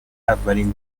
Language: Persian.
اولین